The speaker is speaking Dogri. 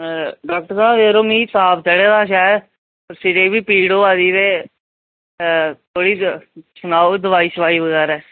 डॉक्टर साहब यरो मिगी ताप चढ़े दा शैल सिरे गी बी पीड़ होआ दी ते सनाओ दवाई शोआई बगैरा